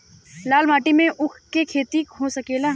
लाल माटी मे ऊँख के खेती हो सकेला?